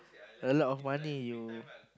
a lot of money you